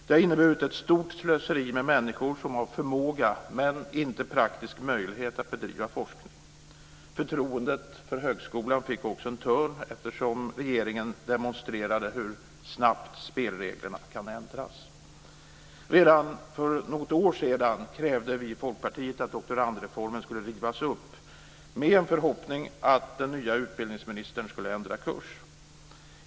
Det har inneburit ett stort slöseri med människor som har förmåga men inte praktisk möjlighet att bedriva forskning. Förtroendet för högskolan fick också en törn, eftersom regeringen demonstrerade hur snabbt spelreglerna kan ändras. Redan för något år sedan krävde vi i Folkpartiet att doktorandreformen skulle rivas upp, med en förhoppning att den nye utbildningsministern skulle ändra kurs.